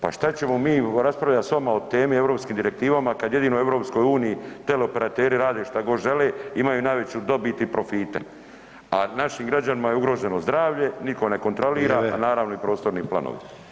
Pa šta ćemo mi raspravljat s vama o temi i europskim direktivama kada jedino u EU teleoperateri rade šta god žele, imaju najveću dobit i profite, a našim građanima je ugroženo zdravlje, niko ne kontrolira, a naravno i prostorni planovi.